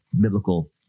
biblical